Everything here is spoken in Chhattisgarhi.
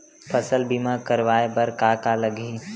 फसल बीमा करवाय बर का का लगही?